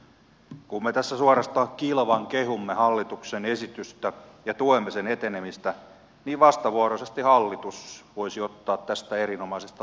kun me tässä suorastaan kilvan kehumme hallituksen esitystä ja tuemme sen etenemistä niin vastavuoroisesti hallitus voisi ottaa tästä erinomaisesta lakialoitteesta kopin